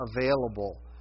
available